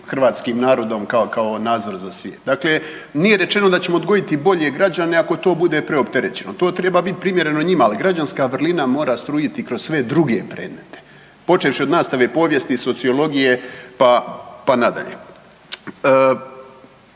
hrvatskim narodom kao nazor za svijet. Dakle, nije rečeno da ćemo odgojiti bolje građane ako to bude preopterećeno. To treba biti primjereno njima, ali građanska vrlina mora strujiti kroz sve druge predmete počevši od nastave povijesti, sociologije, pa nadalje.